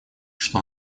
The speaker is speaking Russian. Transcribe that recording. что